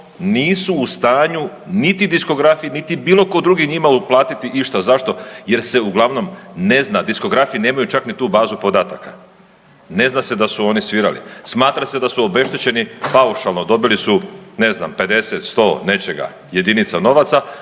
nisu u stanju niti diskografi niti bilo tko drugi njima uplatiti išta. Zašto? Jer se uglavnom ne zna, diskografi nemaju čak ni tu bazu podataka. Ne zna se da su oni svirali. Smatra se da su obeštećeni paušalno, dobili su, ne znam, 50, 100 nečega, jedinica novaca